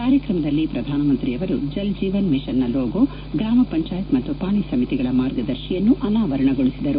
ಕಾರ್ಯಕ್ರಮದಲ್ಲಿ ಪ್ರಧಾನ ಮಂತ್ರಿ ಅವರು ಜಲ್ ಜೀವನ್ ಮಿಷನ್ನ ಲೋಗೊ ಗ್ರಾಮ ಪಂಚಾಯತ್ ಮತ್ತು ಪಾಣಿ ಸಮಿತಿಗಳ ಮಾರ್ಗದರ್ಶಿಯನ್ನು ಅನಾವರಣಗೊಳಿಸಿದರು